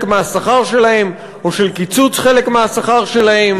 מהשכר שלהם או של קיצוץ חלק מהשכר שלהם.